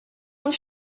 ond